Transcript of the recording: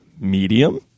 medium